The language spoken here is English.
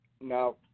Now